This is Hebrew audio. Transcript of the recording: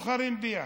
סוחרים ביחד,